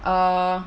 uh